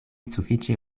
sufiĉe